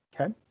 Okay